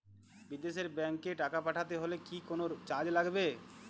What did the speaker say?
বিদেশের ব্যাংক এ টাকা পাঠাতে হলে কি কোনো চার্জ লাগবে?